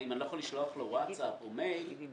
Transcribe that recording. אם כל ההתנהלות שלו היא מקוונת ואון-ליין --- לא,